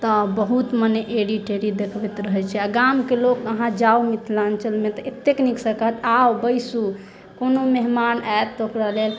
तऽ बहुत मने एडी टेढ़ी दखबैत रहै छै आ गाम के लोक अहाँ जाउ मिथिलाञ्चल मे तऽ एते नीकसँ कहत आउ बैसू कोनो मेहमान आयत ओकरा लेल